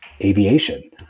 aviation